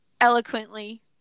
eloquently